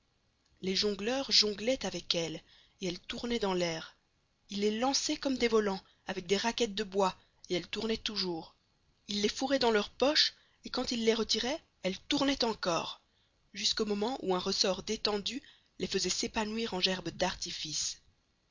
les jongleurs jonglaient avec elles et elles tournaient dans l'air ils les lançaient comme des volants avec des raquettes de bois et elles tournaient toujours ils les fourraient dans leur poche et quand ils les retiraient elles tournaient encore jusqu'au moment où un ressort détendu les faisait s'épanouir en gerbes d'artifice